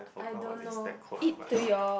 I don't know eat to your